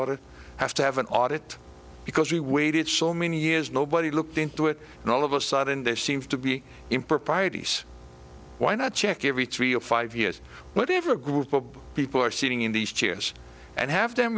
order have to have an audit because we waited so many years nobody looked into it and all of a sudden there seems to be improprieties why not check every three or five years whatever group of people are sitting in these chairs and have them